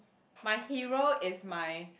my hero is my